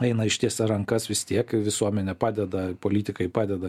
eina ištiesia rankas vis tiek visuomenė padeda politikai padeda